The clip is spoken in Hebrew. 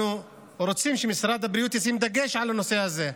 אנחנו רוצים שמשרד הבריאות ישים דגש על הנושא הזה.